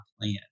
plan